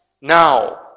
now